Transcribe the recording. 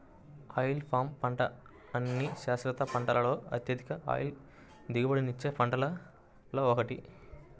oil palm పంట అన్ని శాశ్వత పంటలలో అత్యధిక ఆయిల్ దిగుబడినిచ్చే పంటలలో ఒకటి